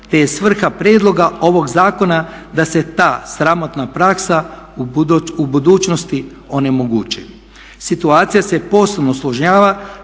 te je svrha prijedloga ovog zakona da se ta sramotna praksa u budućnosti onemogući. Situacija se posebno složnjava